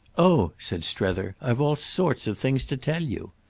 oh, said strether, i've all sorts of things to tell you!